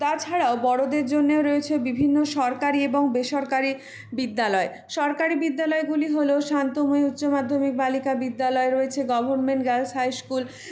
তাছাড়াও বড়দের জন্যেও রয়েছে বিভিন্ন সরকারি এবং বেসরকারি বিদ্যালয় সরকারি বিদ্যালয়গুলি হল শান্তময়ী উচ্চমাধ্যমিক বালিকা বিদ্যালয় রয়েছে গভরমেন্ট গার্লস হাই স্কুল